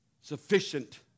Sufficient